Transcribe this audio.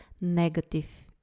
negative